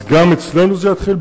אז גם אצלנו זה יתחיל?